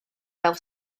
fel